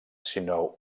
sinó